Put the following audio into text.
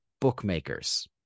bookmakers